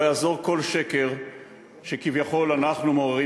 ולא יעזור כל שקר שכביכול אנחנו מעוררים